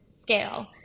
scale